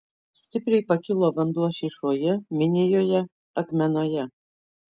stipriai pakilo vanduo šyšoje minijoje akmenoje